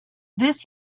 this